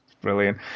brilliant